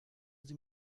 sie